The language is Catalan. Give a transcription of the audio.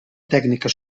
tècnica